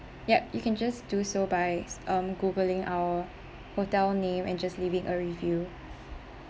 yup you can just do so by um Googling our hotel name and just leaving a review